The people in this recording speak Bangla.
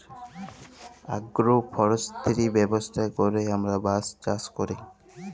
আগ্রো ফরেস্টিরি ব্যবস্থা ক্যইরে আমরা বাঁশ চাষ ক্যরি